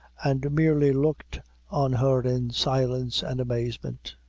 and merely looked on her in silence and amazement.